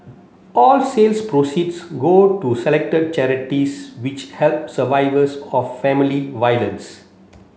all sales proceeds go to selected charities which help survivors of family violence